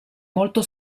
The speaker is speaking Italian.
molto